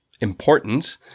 important